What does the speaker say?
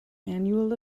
annual